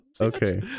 okay